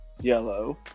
yellow